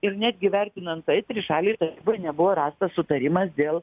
ir netgi vertinant tai trišalėj taryboj nebuvo rastas sutarimas dėl